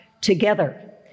together